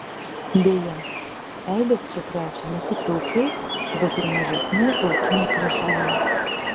beje eibes čia krečia ne tik vilkai bet ir mažesni laukiniai plėšrūnai